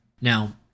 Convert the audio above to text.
Now